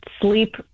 sleep